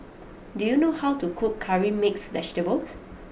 do you know how to cook Curry Mixed Vegetable